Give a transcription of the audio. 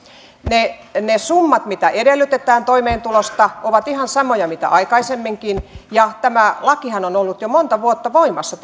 ne ne summat mitä edellytetään toimeentulosta ovat ihan samoja mitä aikaisemminkin ja tämäntyyppinen lakihan on ollut jo monta vuotta voimassa